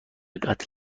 قتل